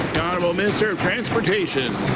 honourable minister of transportation.